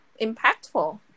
impactful